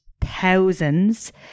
thousands